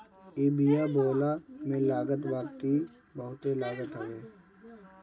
इ बिया बोअला में लागत बाकी बहुते लागत हवे